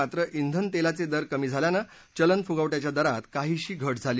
मात्र ब्रेन तेलाचे दर कमी झाल्यानं चलनफुगवट्याच्या दरात काहिशी घट झाली